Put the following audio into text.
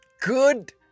Good